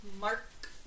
Mark